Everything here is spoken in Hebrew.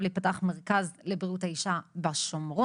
להיפתח מרכז לבריאות האישה בשומרון,